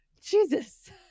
Jesus